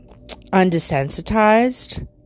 undesensitized